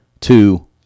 two